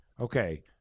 Okay